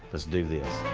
let's do this.